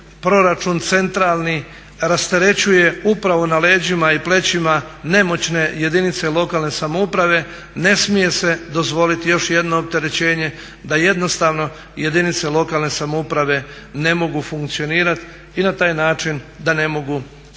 proračun centralni rasterećuje upravo na leđima i plećima nemoćne jedinice lokalne samouprave, ne smije se dozvoliti još jedno opterećenje da jednostavno i jedinice lokalne samouprave ne mogu funkcionirati i na taj način da ne mogu sprovesti